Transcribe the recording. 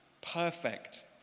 perfect